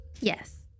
Yes